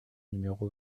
numéro